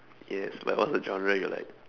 yes like what's a genre you're like